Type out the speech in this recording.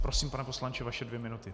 Prosím, pane poslanče, vaše dvě minuty.